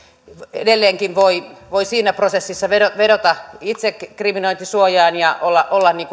edelleenkin voi voi siinä prosessissa vedota vedota itsekriminointisuojaan ja olla olla